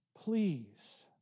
please